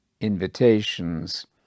invitations